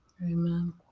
Amen